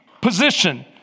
position